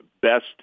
Best